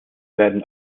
werden